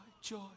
joy